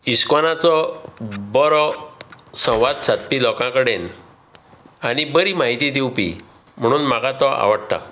इश्कोनाचो बरो संवाद सादपी लोकां कडेन आनी बरी म्हायती दिवपी म्हणून म्हाका तो आवडटा